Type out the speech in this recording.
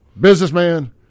Businessman